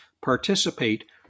participate